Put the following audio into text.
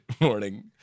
morning